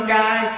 guy